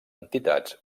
entitats